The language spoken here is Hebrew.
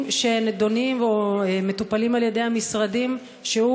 שנדונים או מטופלים על-ידי המשרדים שהוא,